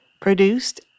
produced